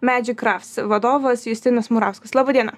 magic crafts vadovas justinas murauskas laba diena